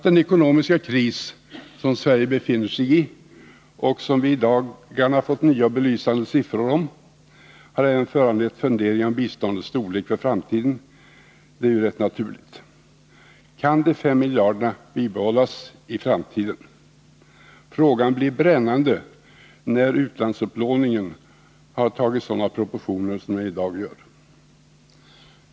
Den ekonomiska kris som Sverige befinner sig i och som vi i dagarna har fått nya och belysande siffror om har även föranlett funderingar om biståndets storlek för framtiden — det är rätt naturligt. Kan de fem miljarderna bibehållas i framtiden? Den frågan blir brännande när utlandsupplåningen tar sådana proportioner som den i dag gör.